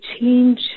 change